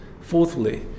Fourthly